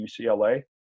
UCLA